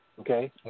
Okay